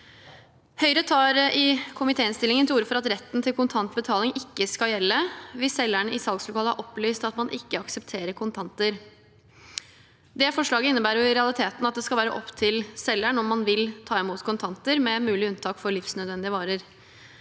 Høyre tar i komitéinnstillingen til orde for at retten til kontant betaling ikke skal gjelde hvis selgeren i salgslokalet har opplyst at man ikke aksepterer kontanter. Det forslaget innebærer i realiteten at det skal være opp til selgeren om man vil ta imot kontanter – med mulig unntak for livsnødvendige varer.